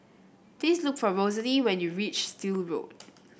please look for Rosalee when you reach Still Road